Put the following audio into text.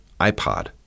iPod